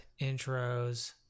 intros